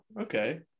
Okay